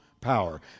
power